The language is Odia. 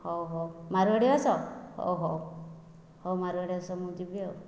ହେଉ ହେଉ ମାରୱାଡ଼ିବାସ ଓ ହେଉ ହେଉ ମାରୱାଡ଼ିବାସ ମୁଁ ଯିବି ଆଉ